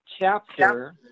chapter